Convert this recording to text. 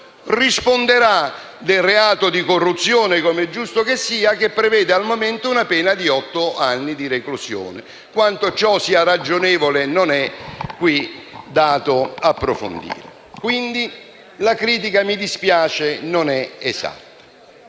risponderà del reato di corruzione - com'è giusto che sia - che prevede al momento una pena di otto anni di reclusione. Quanto ciò sia ragionevole non è qui dato approfondire. Quindi, la critica - mi dispiace - non è esatta.